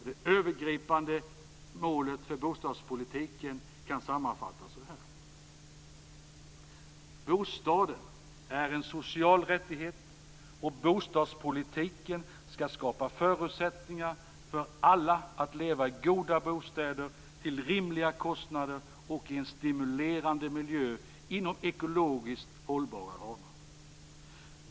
Det övergripande målet för bostadspolitiken kan sammanfattas så här: Bostaden är en social rättighet, och bostadspolitiken skall skapa förutsättningar för alla att leva i goda bostäder till rimliga kostnader och i en stimulerande miljö inom ekologiskt hållbara ramar.